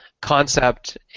concept